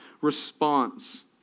response